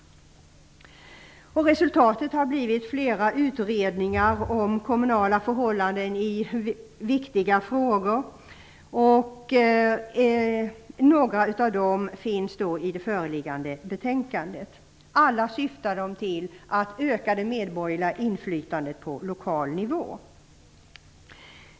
Resultatet har blivit flera utredningar i viktiga frågor när det gäller kommunala förhållanden. Några av förslagen tas upp i det föreliggande betänkandet. Alla syftar till att öka det medborgerliga inflytandet på lokal nivå.